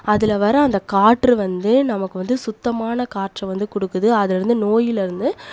அதில் வர அந்த காற்று வந்து நமக்கு வந்து சுத்தமான காற்றை வந்து கொடுக்குது அதுலேருந்து நோயிலேருந்து